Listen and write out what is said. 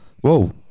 Whoa